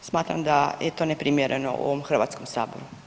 Smatram da je to neprimjereno u ovom Hrvatskom saboru.